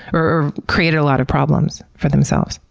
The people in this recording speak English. or created a lot of problems for themselves.